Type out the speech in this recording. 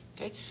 Okay